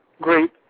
great